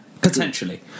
potentially